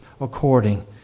according